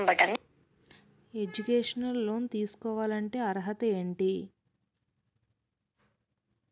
Educational loan తీసుకోవాలంటే అర్హత ఏంటి?